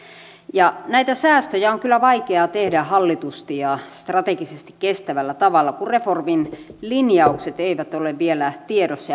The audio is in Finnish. näitä säästöjä on kyllä vaikea tehdä hallitusti ja strategisesti kestävällä tavalla kun reformin linjaukset eivät ole vielä tiedossa